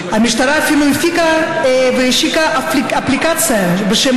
השר, ואם השר פועל בהתאם לחוק, אז אין שום